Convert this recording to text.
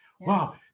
Wow